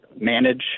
manage